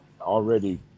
already